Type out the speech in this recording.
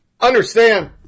Understand